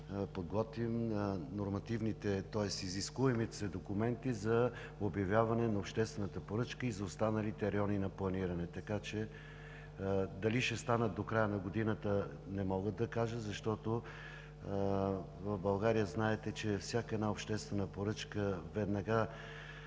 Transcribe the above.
подготвим изискуемите документи за обявяване на обществената поръчка и за останалите райони на планиране. Така че дали ще станат до края на годината, не мога да кажа, защото в България, знаете, че всяка една обществена поръчка веднага